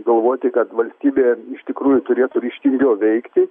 galvoti kad valstybė iš tikrųjų turėtų ryžtingiau veikti